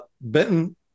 Benton